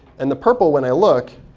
and the purple, when i look,